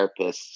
therapists